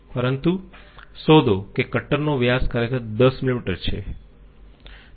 પરંતુ શોધો કે કટરનો વ્યાસ ખરેખર 10 મિલીમીટર છે